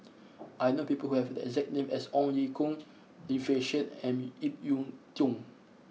I know people who have the exact name as Ong Ye Kung Lim Fei Shen and Ip Yiu Tung